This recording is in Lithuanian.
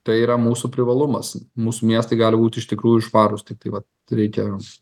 tai yra mūsų privalumas mūsų miestai gali būt iš tikrųjų švarūs tiktai vat reikia